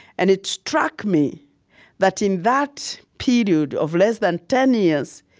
and it struck me that in that period of less than ten years,